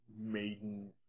Maiden